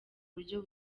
buryo